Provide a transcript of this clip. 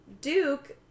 Duke